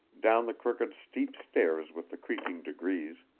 down the crooked steep stairs with the creaking degrees,